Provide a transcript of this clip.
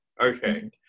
okay